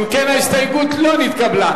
אם כן, ההסתייגות לא נתקבלה.